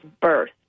birth